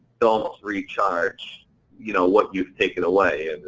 to almost recharge you know what you've taken away.